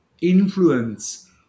influence